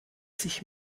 sich